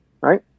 right